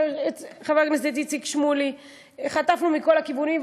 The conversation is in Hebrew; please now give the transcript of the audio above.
הכנסת איציק שמולי חטפנו מכל הכיוונים,